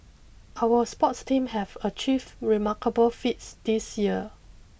our sports team have achieved remarkable feats this year